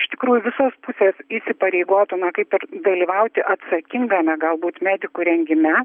iš tikrųjų visos pusės įsipareigotų na kaip ir dalyvauti atsakingame galbūt medikų rengime